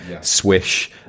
swish